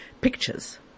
pictures